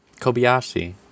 Kobayashi